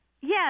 Yes